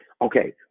Okay